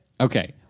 Okay